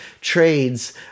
trades